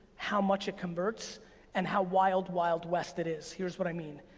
how much it converts and how wild, wild west it is. here's what i mean.